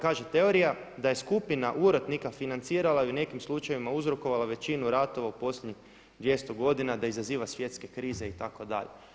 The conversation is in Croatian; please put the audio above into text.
Kaže teorija da je skupina urotnika financirala i u nekim slučajevima uzrokovala većinu ratova u posljednjih 200 godina, da izaziva svjetske krize itd.